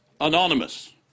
Anonymous